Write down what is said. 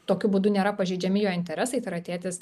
tokiu būdu nėra pažeidžiami jo interesai yra tėtis